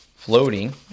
Floating